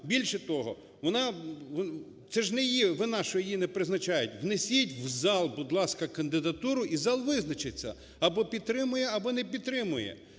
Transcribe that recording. Більше того вона… Це ж не її вина, що її не призначають. Внесіть в зал, будь ласка, кандидатуру, і зал визначиться: або підтримає, або не підтримає.